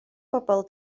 bobol